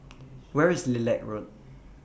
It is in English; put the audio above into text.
Where IS Lilac Road